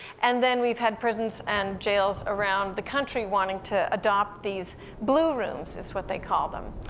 and then we've had prisons and jails around the country wanting to adopt these blue rooms, is what they call them.